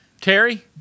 Terry